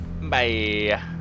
bye